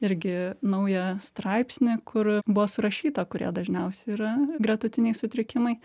irgi naują straipsnį kur buvo surašyta kurie dažniausiai yra gretutiniai sutrikimai